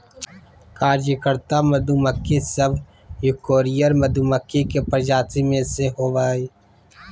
कार्यकर्ता मधुमक्खी सब यूकोसियल मधुमक्खी के प्रजाति में से होबा हइ